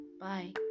Bye